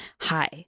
Hi